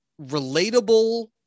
relatable